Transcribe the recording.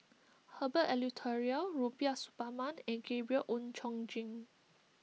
Herbert Eleuterio Rubiah Suparman and Gabriel Oon Chong Jin